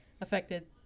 affected